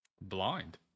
Blind